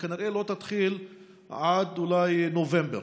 וכנראה לא תתחיל עד נובמבר.